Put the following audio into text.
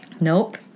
Nope